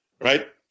right